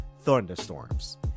thunderstorms